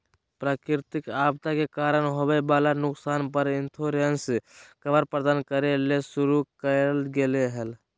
प्राकृतिक आपदा के कारण होवई वला नुकसान पर इंश्योरेंस कवर प्रदान करे ले शुरू करल गेल हई